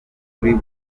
kuri